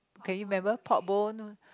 can you remember pork bone